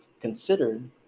considered